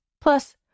Plus